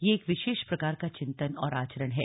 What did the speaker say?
यह एक विशेष प्रकार का चिन्तन और आचरण है